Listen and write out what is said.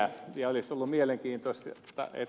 olisi ollut mielenkiintoista että ed